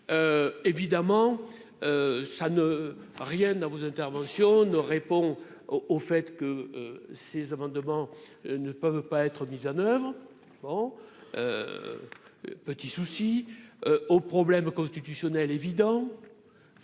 évidemment ça ne rien dans vos interventions ne répond au au fait que ces amendements ne peuvent pas être mises en oeuvre, bon petit souci au problème constitutionnel évident